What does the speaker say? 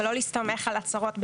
ולא להסתמך על הצהרות בדיונים.